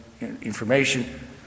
information